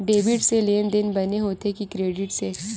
Debit से लेनदेन बने होथे कि क्रेडिट से?